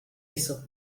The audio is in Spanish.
eso